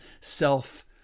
self